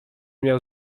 miał